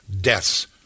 deaths